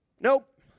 Nope